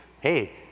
hey